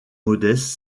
modeste